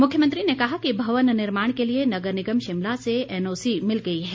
मुख्यमंत्री ने कहा कि भवन निर्माण के लिए नगर निगम शिमला से एनओसी मिल गई है